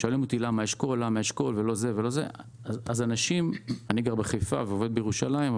שואלים אותי למה אשכול ולא משהו אחר אני גר בחיפה ועובד בירושלים,